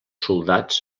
soldats